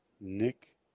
nick